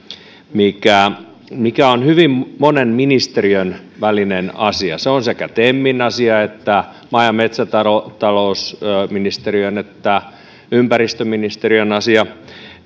mikä mikä on hyvin monen ministeriön välinen asia se on sekä temin asia että maa ja metsätalousministeriön ja ympäristöministeriön asia